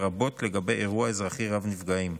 לרבות לגבי אירוע אזרחי רב-נפגעים.